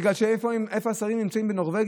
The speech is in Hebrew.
בגלל שאיפה השרים נמצאים בנורבגי?